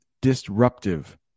disruptive